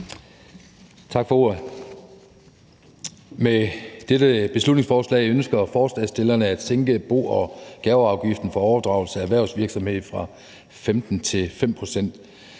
Tak for ordet. Med dette beslutningsforslag ønsker forslagsstillerne at sænke bo- og gaveafgiften for overdragelse af erhvervsvirksomhed fra 15 til 5 pct.